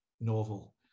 novel